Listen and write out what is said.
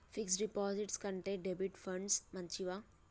Fix డ్ డిపాజిట్ల కంటే డెబిట్ ఫండ్స్ మంచివా?